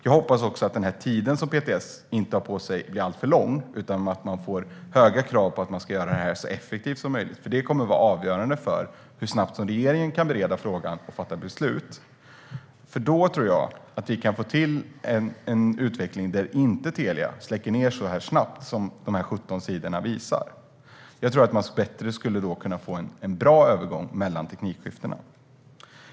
Jag hoppas också att den tid som PTS kommer att ha på sig inte blir alltför lång, utan att man får höga krav på att göra det här så effektivt som möjligt; det kommer att vara avgörande för hur snabbt regeringen kan bereda frågan och fatta beslut. Då tror jag att vi kan få till en utveckling där Telia inte släcker ned så snabbt som de här 17 sidorna visar. Jag tror att man då skulle kunna få en bättre övergång mellan teknikskiftena.